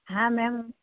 હા મેમ